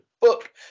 book